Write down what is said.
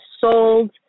sold